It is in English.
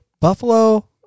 Buffalo